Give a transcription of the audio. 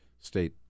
state